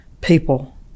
people